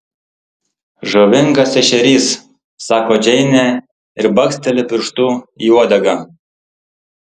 žavingas ešerys sako džeinė ir baksteli pirštu į uodegą